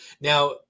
now